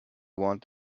want